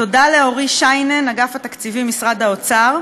תודה לאורי שיינין מאגף התקציבים במשרד האוצר.